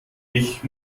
ich